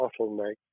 bottleneck